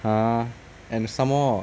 !huh! and some more